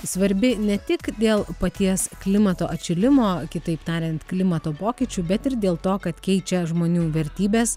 svarbi ne tik dėl paties klimato atšilimo kitaip tariant klimato pokyčių bet ir dėl to kad keičia žmonių vertybes